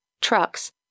trucks